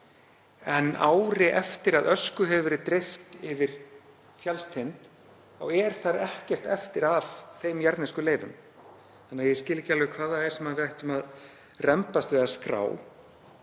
En ári eftir að ösku hefur verið dreift yfir fjallstind er þar ekkert eftir af þeim jarðnesku leifum. Þannig að ég skil ekki alveg hvað það er sem við ættum að rembast við að skrá.